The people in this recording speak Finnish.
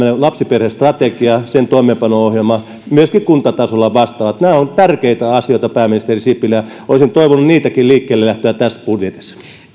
lapsiperhestrategian sen toimeenpano ohjelman myöskin kuntatasolla vastaavat nämä ovat tärkeitä asioita pääministeri sipilä olisin toivonut niidenkin liikkeelle lähtöä tässä budjetissa